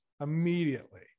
immediately